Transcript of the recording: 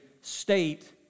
state